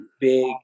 big